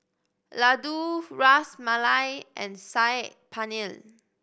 Ladoo Ras Malai and Saag Paneer